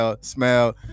smell